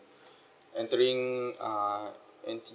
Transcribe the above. entering uh N_T~